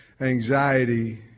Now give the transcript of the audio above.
anxiety